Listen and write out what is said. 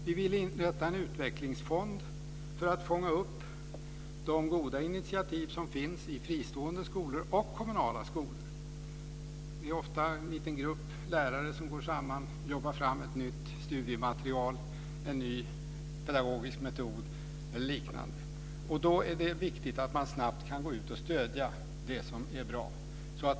Vi vill inrätta en utvecklingsfond för att fånga upp de goda initiativ som finns i fristående skolor och kommunala skolor. Det är ofta en liten grupp lärare som går samman och jobbar fram ett nytt studiematerial, en ny pedagogisk metod eller liknande. Då är det viktigt att man snabbt kan gå ut och stödja det som är bra.